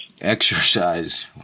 Exercise